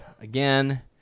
again